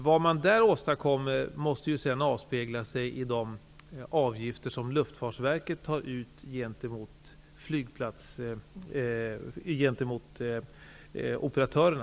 Vad man där åstadkommer måste sedan avspegla sig i de avgifter som Luftfartsverket tar ut av operatörerna.